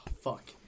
fuck